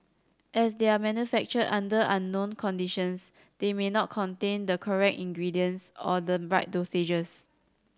as they are manufactured under unknown conditions they may not contain the correct ingredients or the right dosages